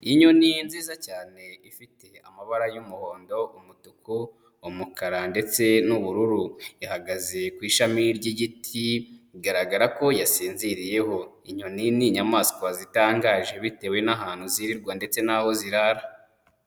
Inyoni nziza cyane ifite amabara y'umuhondo, umutuku, umukara ndetse n'ubururu, ihagaze ku ishami ry'igiti bigaragara ko yasinziriyeho, inyoni ni inyamaswa zitangaje bitewe n'ahantu zirirwa ndetse n'aho zirara.